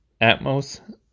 Atmos